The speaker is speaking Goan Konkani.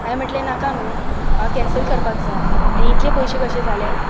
हांवे म्हटले नाका न्हू म्हाका कॅन्सल करपाक जाय आनी इतले पयशे कशें जाले